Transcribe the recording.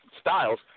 styles